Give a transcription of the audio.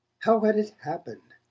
how had it happened,